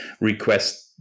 request